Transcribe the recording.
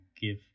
give